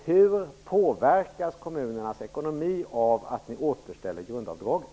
Hur påverkas kommunernas ekonomi av att ni återställer grundavdraget?